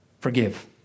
forgive